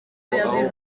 aho